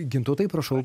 gintautai prašau